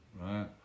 right